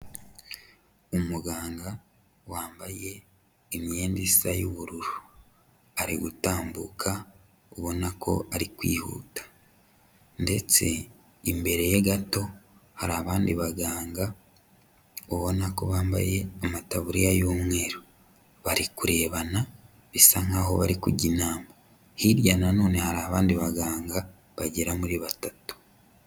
Umuganga wambaye imyenda isa y'ubururu, ari gutambuka ubona ko ari kwihuta ndetse imbere ye gato hari abandi baganga, ubona ko bambaye amataburiya y'umweru, bari kurebana bisa nk'aho bari kujya inama, hirya na none hari abandi baganga bagera muri batatu.